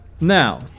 Now